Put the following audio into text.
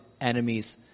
enemies